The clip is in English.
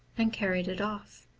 and carried it off.